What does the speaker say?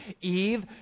Eve